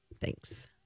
Thanks